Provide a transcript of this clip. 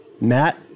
Matt